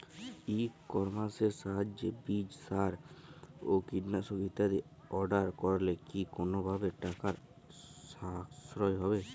ই কমার্সের সাহায্যে বীজ সার ও কীটনাশক ইত্যাদি অর্ডার করলে কি কোনোভাবে টাকার সাশ্রয় হবে?